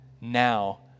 now